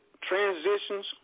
transitions